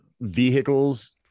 vehicles